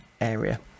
area